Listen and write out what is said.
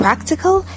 Practical